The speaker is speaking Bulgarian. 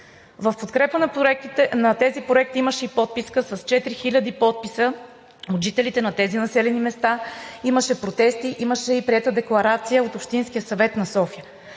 В подкрепа на тези проекти имаше и подписка с четири хиляди подписа от жителите на тези населени места, имаше протести, имаше и приета декларация от Общинския съвет на София.